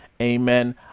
Amen